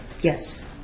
Yes